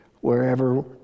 wherever